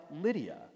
Lydia